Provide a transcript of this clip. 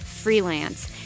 freelance